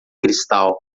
cristal